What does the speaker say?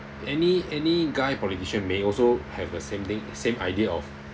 any any guy politician may also have the same thing same idea of